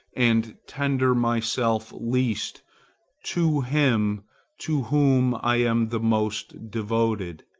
and tender myself least to him to whom i am the most devoted.